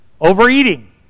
Overeating